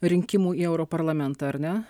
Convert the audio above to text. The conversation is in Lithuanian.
rinkimų į europarlamentą ar ne